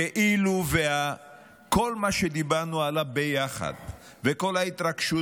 כאילו כל מה שדיברנו עליו ביחד וכל ההתרגשות,